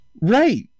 Right